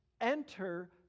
Enter